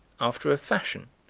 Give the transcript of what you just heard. after a fashion,